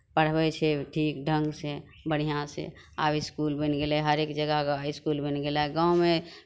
पढ़बै छै ठीक ढङ्गसँ बढ़िआँसँ आब इसकुल बनि गेलै हरेक जगह इसकुल बनि गेलै आ गाँवमे